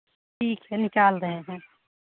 ठीक है निकाल रहे हैं